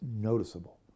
noticeable